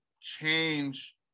change